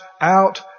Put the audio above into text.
out